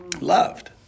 loved